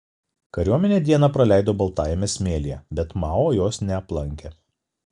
kariuomenė dieną praleido baltajame smėlyje bet mao jos neaplankė